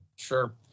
Sure